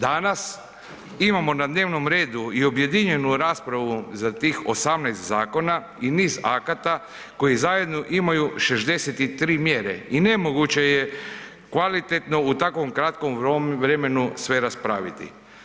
Danas imamo na dnevnom redu i objedinjenu raspravu za tih 18 zakona i niz akata koji zajedno imaju 63 mjere i nemoguće je kvalitetno u takvom kratkom vremenu sve raspraviti.